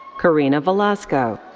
karina velasco.